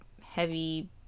heavy